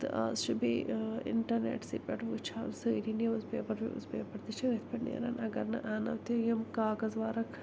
تہٕ آز چھُ بیٚیہِ اِنٛٹرنٮ۪ٹسٕے پٮ۪ٹھ وٕچھان سٲری نِوٕز پیپر وِوٕز پیپر تہِ چھِ ٲتھۍ پٮ۪ٹھ نیران اگر نہٕ اَنو تہِ یِم کاغذ ورق